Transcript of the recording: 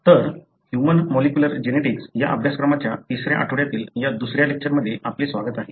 तर human molecular genetics या अभ्यासक्रमाच्या तिसऱ्या आठवड्यातील या दुसऱ्या लेक्चरमध्ये आपले स्वागत आहे